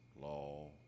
law